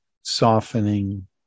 softening